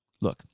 Look